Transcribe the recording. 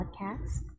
Podcast